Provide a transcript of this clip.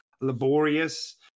laborious